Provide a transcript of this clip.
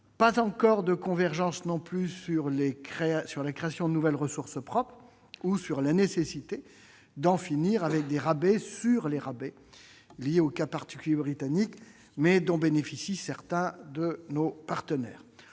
non plus de convergence sur la création de nouvelles ressources propres ou sur la nécessité d'en finir avec les « rabais sur les rabais », liés au cas particulier britannique, mais dont bénéficient certains de nos partenaires.